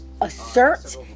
assert